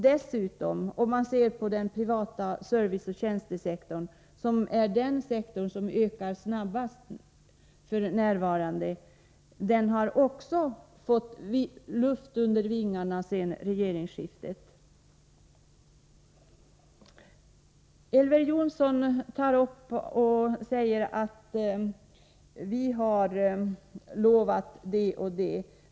Dessutom har den privata serviceoch tjänstesektorn, som är den sektor som ökar snabbast f. n., fått luft under vingarna efter regeringsskiftet. Elver Jonsson säger att vi har lovat det och det.